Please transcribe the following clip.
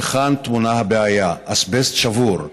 וכאן טמונה הבעיה: אזבסט שבור,